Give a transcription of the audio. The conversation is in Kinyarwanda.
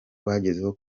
rwagezeho